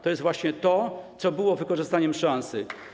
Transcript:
To jest właśnie to, co było wykorzystaniem szansy.